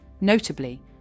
Notably